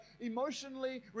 emotionally